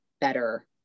better